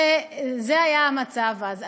זה היה המצב אז.